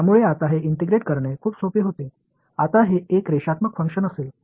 त्यामुळे आता हे इंटिग्रेट करणे खूप सोपे होते आता हे एक रेषात्मक फंक्शन असेल